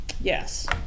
Yes